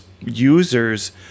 users